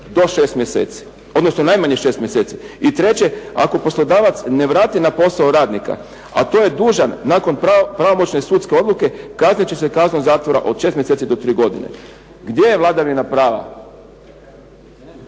do šest mjeseci, odnosno najmanje 6 mjeseci, i treće ako poslodavac ne vrati na posao radnika a to je dužan nakon pravomoćne sudske odluke kaznit će se kaznom zatvora od 6 mjeseci do 3 godine. Gdje je vladavina prava?